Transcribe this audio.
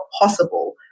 possible